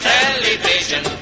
television